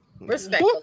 Respect